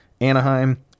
Anaheim